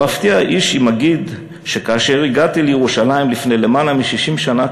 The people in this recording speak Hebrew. "לא אפתיע איש אם אגיד שכאשר הגעתי לירושלים לפני למעלה מ-60 שנה,